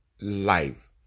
life